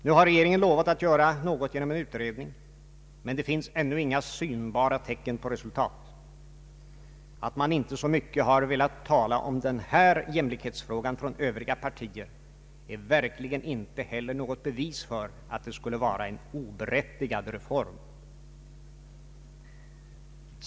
Nu har regeringen lovat att göra någonting genom en utredning, men det finns ännu inga synbara tecken på resultat. Att man inte har velat tala så mycket om denna jämlikhetsfråga från övriga partier är verkligen inte heller något bevis för att det skulle vara en oberättigad reform.